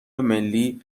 ملی